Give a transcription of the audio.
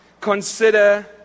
consider